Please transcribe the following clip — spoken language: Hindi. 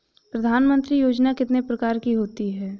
प्रधानमंत्री योजना कितने प्रकार की होती है?